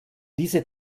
diese